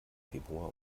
februar